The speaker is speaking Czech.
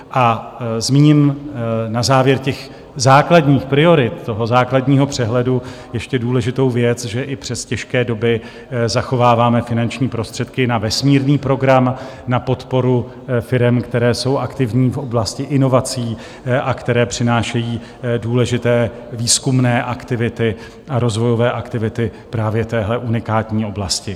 A zmíním na závěr základních priorit, základního přehledu, ještě důležitou věc, že i přes těžké doby zachováváme finanční prostředky na vesmírný program, na podporu firem, které jsou aktivní v oblasti inovací a které přinášejí důležité výzkumné aktivity a rozvojové aktivity právě v téhle unikátní oblasti.